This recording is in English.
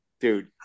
dude